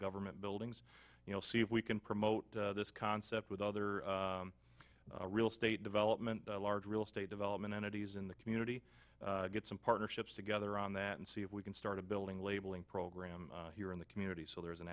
government buildings you know see if we can promote this concept with other real estate development large real estate development entities in the community get some partnerships together on that and see if we can start a building labeling program here in the community so there is an